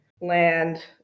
land